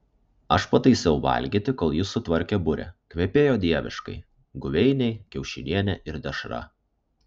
aš pataisiau valgyti kol jis sutvarkė burę kvepėjo dieviškai guveiniai kiaušinienė ir dešra